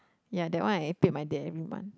ya that one I paid my dad every month